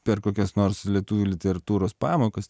per kokias nors lietuvių literatūros pamokas